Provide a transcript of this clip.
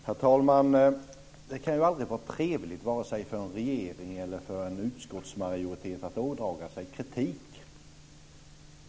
Herr talman! Det kan ju aldrig vara trevligt, vare sig för en regering eller för en utskottsmajoritet, att ådra sig kritik.